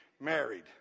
married